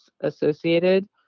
associated